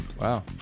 Wow